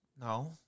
No